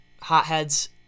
hotheads